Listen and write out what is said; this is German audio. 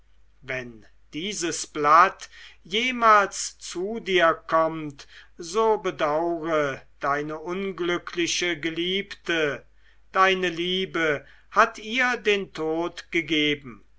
wenn dieses blatt jemals zu dir kommt so bedaure deine unglückliche geliebte deine liebe hat ihr den tod gegeben